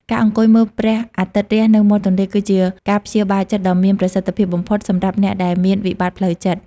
ការអង្គុយមើលព្រះអាទិត្យរះនៅមាត់ទន្លេ គឺជាការព្យាបាលចិត្តដ៏មានប្រសិទ្ធភាពបំផុតសម្រាប់អ្នកដែលមានវិបត្តិផ្លូវចិត្ត។